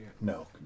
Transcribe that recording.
No